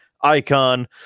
Icon